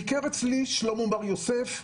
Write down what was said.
ביקר אצלי שלמה מור יוסף,